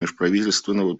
межправительственного